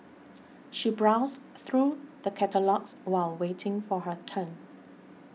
she browsed through the catalogues while waiting for her turn